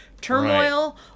turmoil